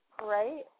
Right